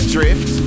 Drift